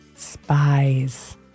spies